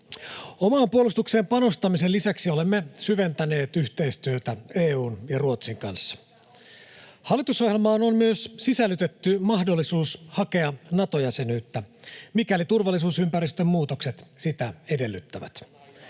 Omaan puolustukseen panostamisen lisäksi olemme syventäneet yhteistyötä EU:n ja Ruotsin kanssa. Hallitusohjelmaan on myös sisällytetty mahdollisuus hakea Nato-jäsenyyttä, mikäli turvallisuusympäristön muutokset sitä edellyttävät.